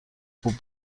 خوب